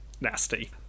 nasty